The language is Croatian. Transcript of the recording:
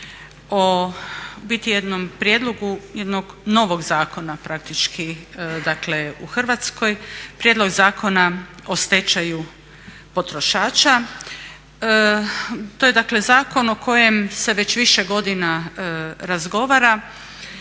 u biti jednom prijedlogu jednog novog zakona praktički, dakle u Hrvatskoj, prijedlog Zakona o stečaju potrošača. To je dakle zakon o kojem se već više godina razgovara.